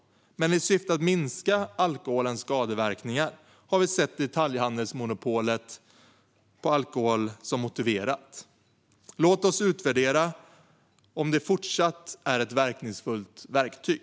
Men i syfte att minska alkoholens skadeverkningar har vi sett detaljhandelsmonopolet på alkohol som motiverat. Låt oss utvärdera om det fortsatt är ett verkningsfullt verktyg.